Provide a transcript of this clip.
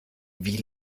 wie